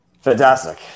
Fantastic